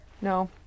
no